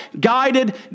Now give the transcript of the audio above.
guided